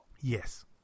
Yes